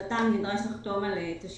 החתם מסייע גם בתמחור